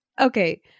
Okay